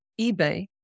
eBay